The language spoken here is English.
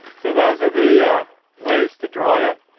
so those are the ways to dry it.